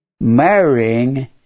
marrying